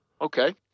Okay